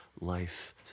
life